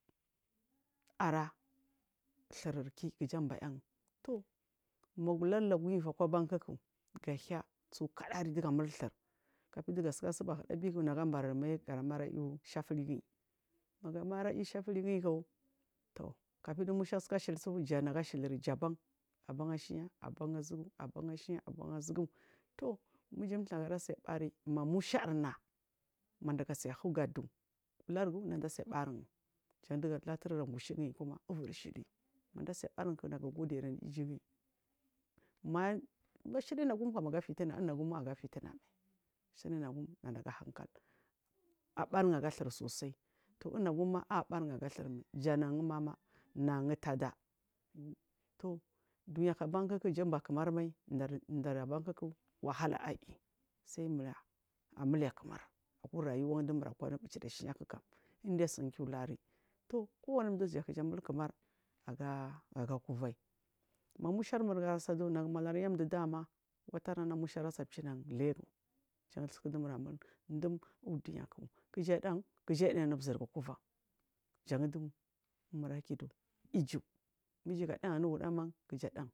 Ara thir kii kijan bayan tu magulur higu ivakwa bankuk gahaiy suka duri diga mul thur kafidi gabura suba hiɗabiki nagabar mai gamai lusha filigiyi maga mairai shafili giyik tu kafidu musha sika shilisu ja naga shiliri jaban aban ashiya abana zugu aban a shiya aban azugu tuma iji thirgu asai bari ma musha arna mada gasai hu gadu lurgu nadasai barun jan latul gushe giyikuma uvur shili manda bari ku naga gode anu ijugiyi man shili unagumkam aga fitina unagum aga fitinamai shitnagum nadaga hankal abaru aga thirsosai tu unagum ma abar un aga thir mai jan nagun mmama nagun tada tu duniyak ban kikji unba kimar mai dara abankik wahala aiy sai mura amule kimar urayuwa dumura kwa anu bucir ashiyakikam indesuuke luri tu kowani dudekija mulkimar aga kuvaiyi ma mushar mul gansado nagu malar yandu dama watarana musha asai cinan legu jan su ku dumura mul dum uduniya ke ja ɗan kejaɗainu zirgu kuvar janu dumu ijir anu wudaman kija dan.